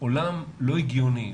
עולם לא הגיוני.